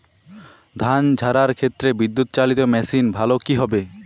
ধান ঝারার ক্ষেত্রে বিদুৎচালীত মেশিন ভালো কি হবে?